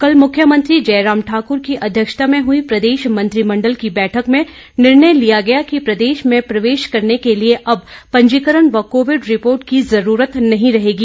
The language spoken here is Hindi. कल मुख्यमंत्री जयराम ठाकुर की अध्यक्षता में हुई प्रदेश मंत्रिमंडल की बैठक में निर्णय लिया गया कि प्रदेश में प्रवेश करने के लिए अब पंजीकरण व कोविड रिपोर्ट की जरूरत नहीं रहेगी